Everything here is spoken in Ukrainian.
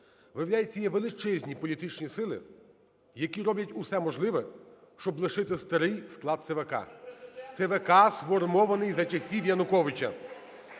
Виявляється, є величезні політичні сили, які роблять все можливе, щоб лишити старий склад ЦВК. (Шум у залі) ЦВК, сформована за часів Януковича.